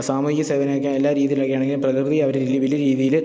സാമൂഹിക സേവനം ഒക്കെ എല്ലാ രീതിയിലൊക്കെയാണെങ്കിലും പ്രകൃതി അവരെ വലിയ രീതിയിൽ